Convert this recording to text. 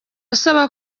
asaba